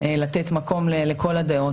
לתת מקום לכל הדעות,